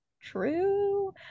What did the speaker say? true